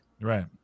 Right